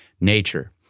nature